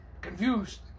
Confused